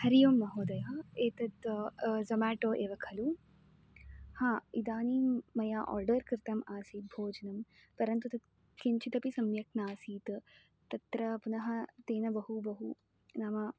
हरिः ओम् महोदय एतत् ज़ोम्याटो एव खलु ह इदानीं मया आर्डर् कृतम् आसीत् भोजनं परन्तु तत् किञ्चितपि सम्यक् नासीत् तत्र पुनः तेन बहु बहु नाम